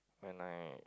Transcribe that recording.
when I